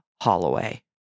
Holloway